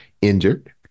injured